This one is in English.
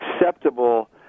acceptable